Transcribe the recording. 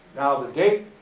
now, the date,